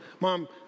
Mom